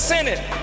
Senate